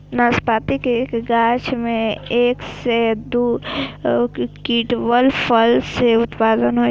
नाशपाती के एक गाछ मे एक सं दू क्विंटल फल के उत्पादन होइ छै